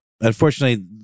Unfortunately